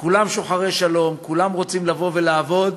כולם שוחרי שלום, כולם רוצים לבוא ולעבוד.